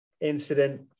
incident